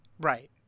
right